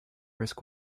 risk